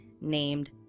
named